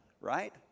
Right